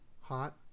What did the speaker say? Hot